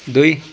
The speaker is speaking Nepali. दुई